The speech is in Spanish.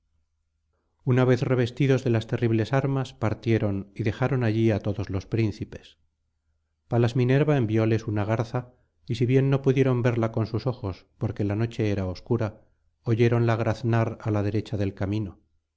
una vez revestidos de las terribles armas partieron y dejaron allí á todos los príncipes palas minerva envióles una garza y si bien no pudieron verla con sus ojos porque la noche era obscura oyéronla graznar á la derecha del camino